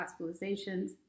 hospitalizations